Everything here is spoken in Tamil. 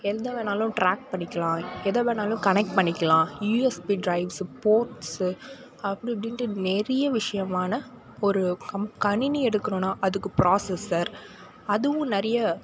எந்த வேண்ணாலும் ட்ராக் பண்ணிக்கலாம் எதை வேண்ணாலும் கனெக்ட் பண்ணிக்கலாம் யூஎஸ்பி ட்ரைவ்ஸ் போட்ஸ்ஸு அப்படி இப்படின்ட்டு நிறைய விஷயமான ஒரு கம் கணினி எடுக்கிறோன்னா அதுக்கு ப்ராசஸர் அதுவும் நிறைய